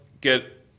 get